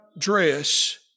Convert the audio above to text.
dress